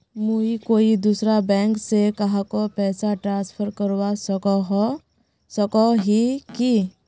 मुई कोई दूसरा बैंक से कहाको पैसा ट्रांसफर करवा सको ही कि?